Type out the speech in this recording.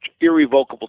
irrevocable